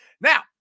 Now